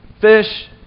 Fish